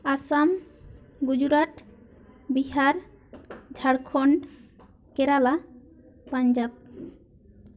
Assam Gujarat Bihar Jharkhand Kerala Punjab